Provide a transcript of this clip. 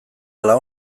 ala